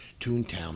Toontown